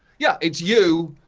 yeah it's you,